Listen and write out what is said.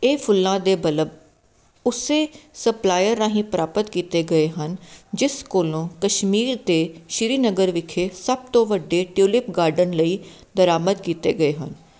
ਇਹ ਫੁੱਲਾਂ ਦੇ ਬਲਬ ਉਸੇ ਸਪਲਾਈਅਰ ਰਾਹੀਂ ਪ੍ਰਾਪਤ ਕੀਤੇ ਗਏ ਹਨ ਜਿਸ ਕੋਲੋਂ ਕਸ਼ਮੀਰ ਅਤੇ ਸ਼੍ਰੀਨਗਰ ਵਿਖੇ ਸਭ ਤੋਂ ਵੱਡੇ ਟਿਉਲਿਪ ਗਾਰਡਨ ਲਈ ਬਰਾਮਦ ਕੀਤੇ ਗਏ ਹਨ